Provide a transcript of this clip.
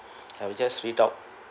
I will just read out